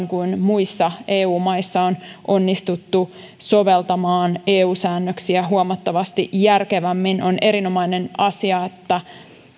kun muissa eu maissa on onnistuttu soveltamaan eu säännöksiä huomattavasti järkevämmin on erinomainen asia